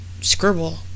scribble